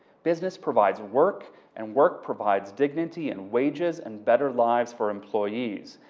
business provides work and work provides dignity and wages and better lives for employees.